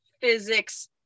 physics